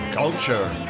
culture